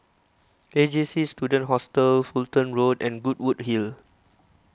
A J C Student Hostel Fulton Road and Goodwood Hill